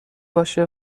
باشه